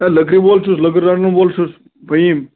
اَے لٔکٕرِ وول چھُس لٔکٕر رَٹَن وول چھُس فٔہیٖم